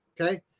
Okay